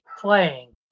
playing